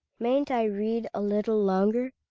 mayn't i read a little longer?